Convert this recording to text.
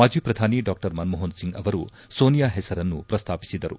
ಮಾಜಿ ಪ್ರಧಾನಿ ಡಾ ಮನಮೋಪನ್ ಸಿಂಗ್ ಅವರು ಸೋನಿಯಾ ಪೆಸರನ್ನು ಪ್ರಸ್ತಾಪಿಸಿದರು